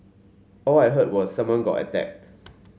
all I heard was someone got attacked